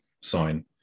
sign